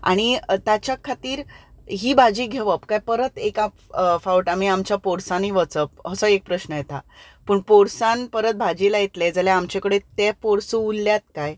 आनी ताच्या खातीर ही भाजी घेवप काय परत एका फावट आमी आमच्या पोरसांनी वचप असो एक प्रश्न येता पूण पोरसांत परत भाजी लायतले जाल्यार आमचे कडेन तें पोरसूं उरल्यात काय